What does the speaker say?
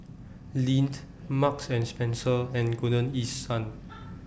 Lindt Marks and Spencer and Golden East Sun